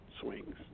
swings